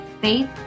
faith